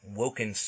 woken